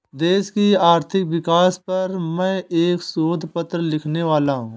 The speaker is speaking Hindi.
देश की आर्थिक विकास पर मैं एक शोध पत्र लिखने वाला हूँ